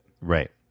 Right